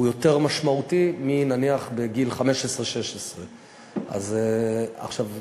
הוא יותר משמעותי מנניח בגיל 15 16. עכשיו,